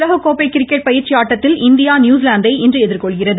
உலக கோப்பை கிரிக்கெட் பயிற்சி ஆட்டத்தில் இந்தியா நியூசிலாந்தை இன்று எதிர்கொள்கிறது